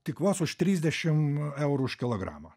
tik vos už trisdešim eurų už kilogramą